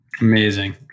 Amazing